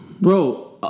bro